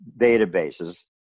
databases